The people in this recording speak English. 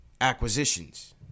acquisitions